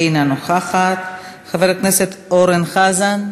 אינה נוכחת, חבר הכנסת אורן חזן,